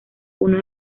uno